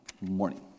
morning